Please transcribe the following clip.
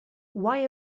why